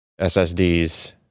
SSDs